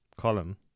column